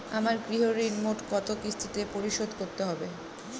আমার গৃহঋণ মোট কত কিস্তিতে পরিশোধ করতে হবে?